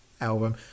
album